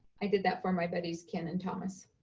i did that for my buddies ken and thomas.